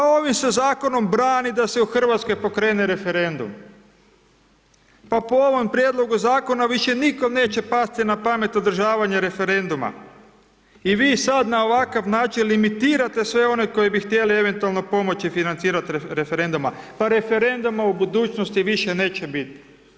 Pa ovim se Zakonom brani da se u RH pokrene referendum, pa po ovom prijedlogu Zakona više nikom neće pasti na pamet održavanje referenduma i vi sada na ovakav način limitirate sve one koji bi htjeli eventualno pomoći financirati referenduma, pa referenduma u budućnosti više neće biti.